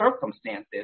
circumstances